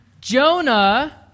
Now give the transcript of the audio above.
Jonah